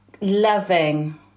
loving